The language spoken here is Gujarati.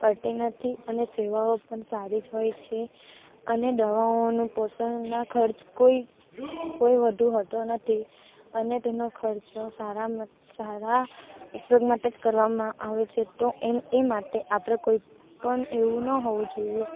પડતી નથી અને સેવાઓ પણ સારી જ હોય છે અને દવાઓનું પોષણ ના ખર્ચ કોઈ કોઈ વધુ હોતો નથી અને તેનો ખર્ચો સારા ઉપયોગ માટે જ કરવામાં આવે છે તો એ એ માટે આપણે કોઈપણ એવું ન હોવું જોઈએ